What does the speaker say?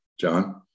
john